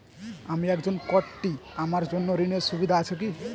আমি একজন কট্টি আমার জন্য ঋণের সুবিধা আছে কি?